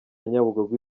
nyabugogo